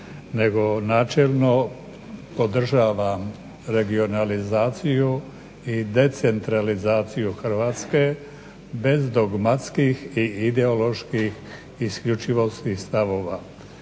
nego načelno podržavam regionalizaciju i decentralizaciju Hrvatske bez dogmatskih i ideoloških isključivosti i stavova.